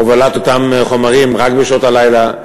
הובלת אותם חומרים רק בשעות הלילה,